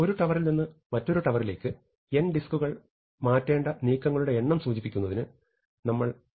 ഒരു ടവറിൽ നിന്ന് മറ്റൊരു ടവറിലേക്ക് n ഡിസ്കുകൾ മാറ്റേണ്ട നീക്കങ്ങളുടെ എണ്ണം സൂചിപ്പിക്കുന്നതിന് നമ്മൾ M എന്ന് എഴുതുന്നുവെന്ന് കരുതുക